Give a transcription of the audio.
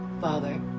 Father